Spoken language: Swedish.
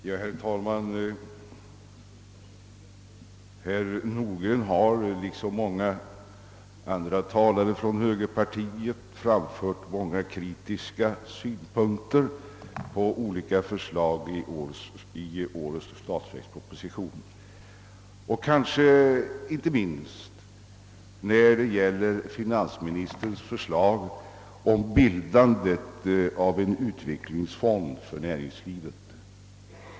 Herr talman! Herr Nordgren har liksom många andra talare från högerpartiet framfört åtskilliga kritiska synpunkter på olika förslag i årets statsverksproposition, kanske inte minst när det gäller finansministerns framställning om bildandet av en utvecklingsfond för näringslivet.